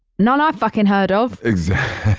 none i've fuckin heard of exactly